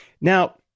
now